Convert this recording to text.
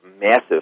massive